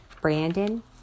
Brandon